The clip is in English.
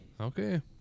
Okay